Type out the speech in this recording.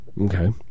Okay